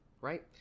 Right